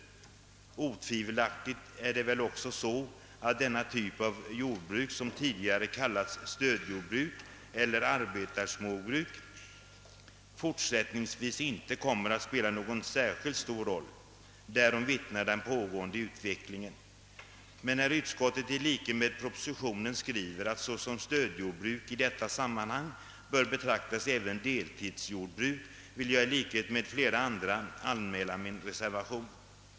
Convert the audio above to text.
Otvivelaktigt är det väl också så, att denna typ av jordbruk som tidigare kallades stödjordbruk eller arbetarsmåbruk, fortsättningsvis inte kommer att spela någon särskilt stor roll. Därom vittnar den pågående utvecklingen. Men när utskottet i likhet med propositionen skriver att såsom stödjordbruk i detta sammanhang bör betraktas även deltidsjordbruk, vill jag i likhet med flera andra anmäla min reservation.